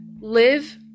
live